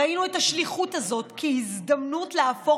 ראינו את השליחות הזאת כהזדמנות להפוך